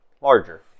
larger